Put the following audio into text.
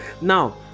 now